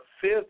fifth